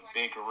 big